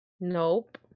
Nope